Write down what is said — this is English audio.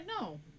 no